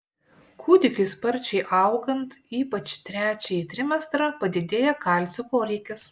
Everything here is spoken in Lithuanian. kūdikiui sparčiai augant ypač trečiąjį trimestrą padidėja kalcio poreikis